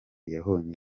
yabonye